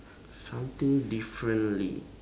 something differently